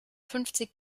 fünfzig